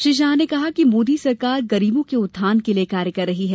श्री शाह ने कहा कि मोदी सरकार गरीबों के उत्थान के लिए कार्य कर रही है